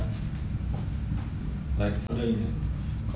like some is more expensive